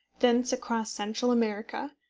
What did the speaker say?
thence across central america,